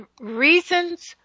reasons